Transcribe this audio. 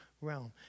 realm